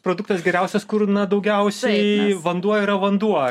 produktas geriausias kur na daugiausiai vanduo yra vanduo